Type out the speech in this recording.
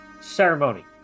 Ceremony